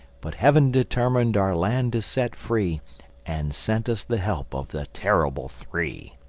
but heaven determined our land to set free and sent us the help of the terrible three.